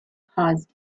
caused